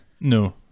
no